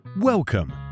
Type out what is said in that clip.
Welcome